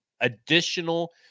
additional